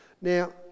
Now